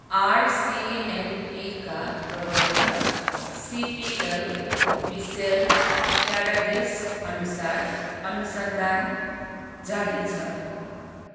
आरसिएमपीका प्रवक्ता CPL Michelle प्याराडिसअनुसार अनुसन्धान जारी छ